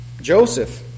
Joseph